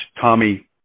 Tommy